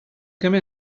come